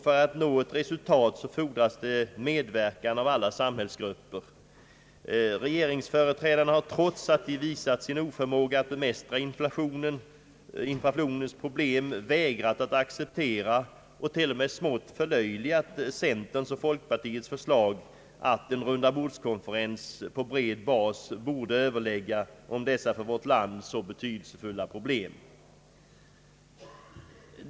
För att nå ett resultat fordras det medverkan av alla samhällsgrupper. Regeringsföreträdarna har, trots att de visat sin oförmåga att bemästra inflationens problem, vägrat att acceptera och t.o.m. smått förlöjligat centerns och folkpartiets förslag att en rundabordskonferens på bred bas borde överlägga om dessa för vårt land så betydelsefulla problem.